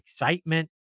excitement